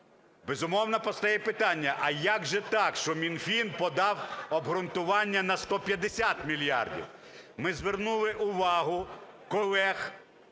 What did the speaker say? Безумовно, постає питання: а як же так, що Мінфін подав обґрунтування на 150 мільярдів? Ми звернули увагу колег